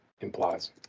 implies